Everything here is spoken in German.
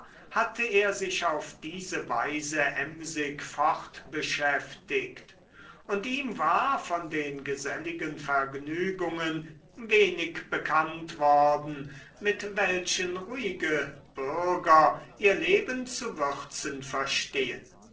hatte er sich auf diese weise emsig fortbeschäftigt und ihm war von den geselligen vergnügungen wenig bekannt worden mit welchen ruhige bürger ihr leben zu würzen verstehen